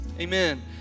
Amen